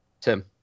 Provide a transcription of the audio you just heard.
Tim